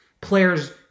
players